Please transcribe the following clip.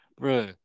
bro